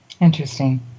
Interesting